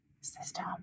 system